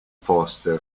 foster